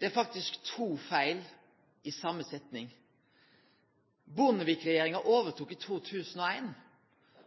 Det er to feil i same setninga. Bondevik-regjeringa overtok i 2001,